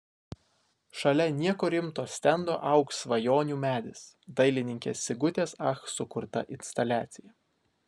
šalia nieko rimto stendo augs svajonių medis dailininkės sigutės ach sukurta instaliacija